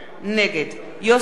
נגד יוסי פלד,